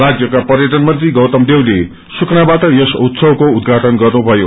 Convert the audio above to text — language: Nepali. राज्यका पर्यटन मंत्री गौतम देवले सुकनाबाट यस उत्सवको उद्घाटन गर्नुभयो